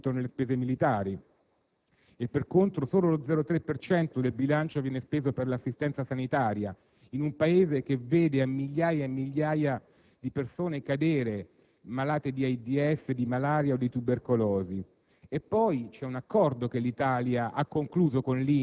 in un Paese dove il 40 per cento del bilancio dello Stato viene assorbito dalle spese militari e, per contro, solo lo 0,3 per cento viene speso per l'assistenza sanitaria, mentre quello stesso Paese vede migliaia e migliaia di persone cadere malate di AIDS, di malaria o di tubercolosi.